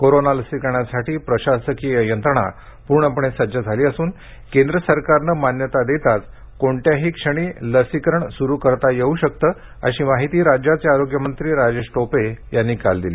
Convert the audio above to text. corona लसीकरणासाठी प्रशासकीय यंत्रणा पूर्णपणे सज्ज झाली असून केंद्र सरकारनं मान्यता देताच कोणत्याही क्षणी लसीकरण सुरुवात करता येऊ शकतं अशी माहिती राज्याचे आरोग्यमंत्री राजेश टोपे यांनी काल दिली